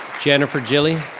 jennifer gilly?